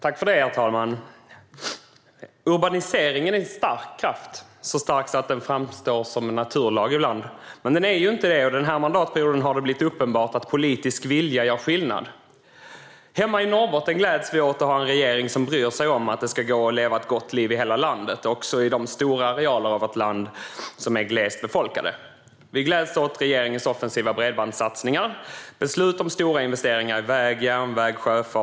Herr talman! Urbaniseringen är en stark kraft, så stark så att den ibland framstår som en naturlag. Den här mandatperioden har det blivit uppenbart att politisk vilja gör skillnad. Hemma i Norrbotten gläds vi åt att ha en regering som bryr sig om att det ska gå att leva ett gott liv i hela landet, också i de stora arealer av vårt land som är glest befolkade. Vi gläds åt regeringens offensiva bredbandssatsningar och åt beslut om stora investeringar i vägar, järnväg och sjöfart.